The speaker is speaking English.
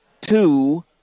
two